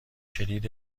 کلید